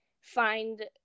find